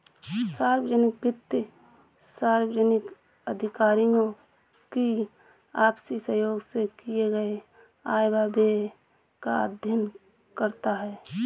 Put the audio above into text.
सार्वजनिक वित्त सार्वजनिक अधिकारियों की आपसी सहयोग से किए गये आय व व्यय का अध्ययन करता है